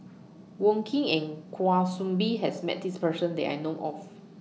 Wong Keen and Kwa Soon Bee has Met This Person that I know of